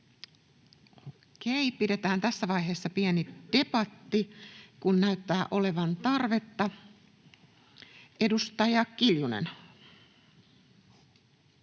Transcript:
pidetään tässä vaiheessa pieni debatti, kun näyttää olevan tarvetta. — Edustaja Kiljunen.